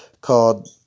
called